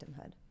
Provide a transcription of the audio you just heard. victimhood